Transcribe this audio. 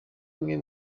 imwe